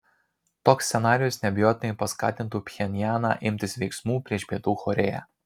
toks scenarijus neabejotinai paskatintų pchenjaną imtis veiksmų prieš pietų korėją